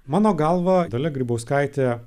mano galva dalia grybauskaitė